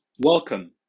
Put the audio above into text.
Welcome